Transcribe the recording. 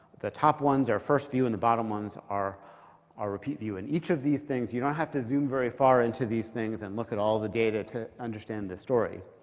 the top ones are first view and the bottom ones are are repeat view. and each of the things, you don't have to zoom very far into these things and look at all the data to understand the story.